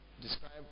describe